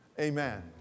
Amen